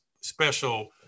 special